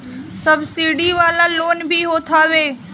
subsidy वाला loan भी होत हवे